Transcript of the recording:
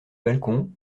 balcons